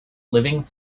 living